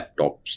laptops